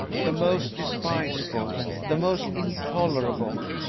the most despicable, the most intolerable,